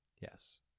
Yes